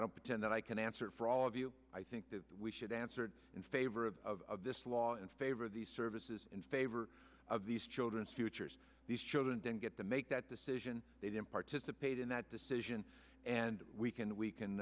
don't pretend that i can answer for all of you i think that we should answer in favor of of this law in favor of these services in favor of these children's futures these children didn't get to make that decision they didn't participate in that decision and we can we